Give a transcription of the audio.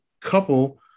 couple